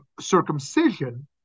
circumcision